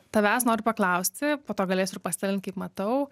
tavęs noriu paklausti po to galėsiu pasidalint kaip matau